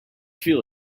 feel